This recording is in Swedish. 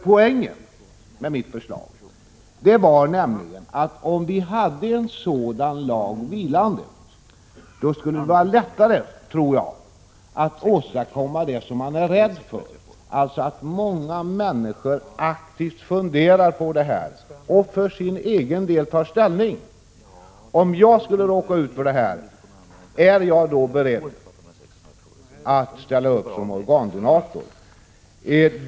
Poängen med mitt förslag var nämligen, att om vi hade en sådan lag vilande skulle det vara lättare, tror jag, att få många människor att aktivt fundera över vad man är rädd för och för egen del ta ställning till frågan: Om jag skulle råka ut för detta, är jag då beredd att ställa upp som organdonator?